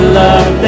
love